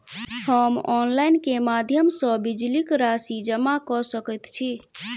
हम ऑनलाइन केँ माध्यम सँ बिजली कऽ राशि जमा कऽ सकैत छी?